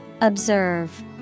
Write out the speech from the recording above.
Observe